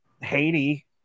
Haiti